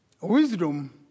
Wisdom